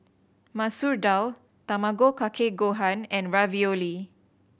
Masoor Dal Tamago Kake Gohan and Ravioli